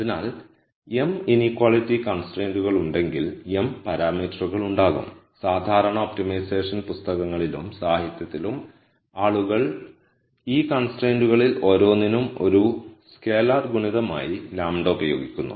അതിനാൽ m inequality കൺസ്ട്രൈയ്ന്റുകൾ ഉണ്ടെങ്കിൽ m പാരാമീറ്ററുകൾ ഉണ്ടാകും സാധാരണ ഒപ്റ്റിമൈസേഷൻ പുസ്തകങ്ങളിലും സാഹിത്യത്തിലും ആളുകൾ ഈ കൺസ്ട്രൈന്റുകളിൽ ഓരോന്നിനും ഒരു സ്കെയിലർ ഗുണിതമായി λ ഉപയോഗിക്കുന്നു